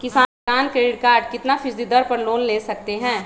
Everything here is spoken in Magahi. किसान क्रेडिट कार्ड कितना फीसदी दर पर लोन ले सकते हैं?